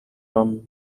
liom